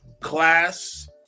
class